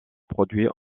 produits